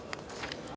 Hvala.